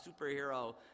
superhero